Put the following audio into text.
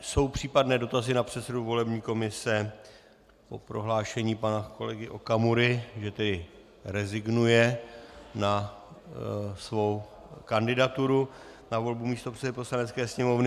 Jsou případné dotazy na předsedu volební komise po prohlášení pana kolegy Okamury, že rezignuje na svou kandidaturu na volbu místopředsedy Poslanecké sněmovny?